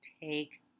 take